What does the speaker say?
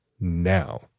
now